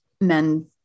men